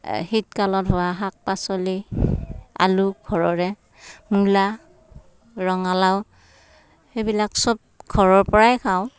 শীতকালত হোৱা শাক পাচলি আলু ঘৰৰে মূলা ৰঙালাও সেইবিলাক চ'ব ঘৰৰপৰাইয়ে খাওঁ